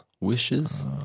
wishes